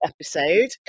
episode